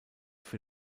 für